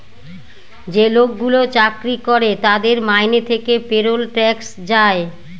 যে লোকগুলো চাকরি করে তাদের মাইনে থেকে পেরোল ট্যাক্স যায়